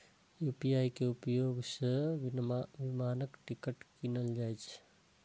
UPI के उपयोग सं विमानक टिकट कीनल जा सकैए